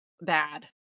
bad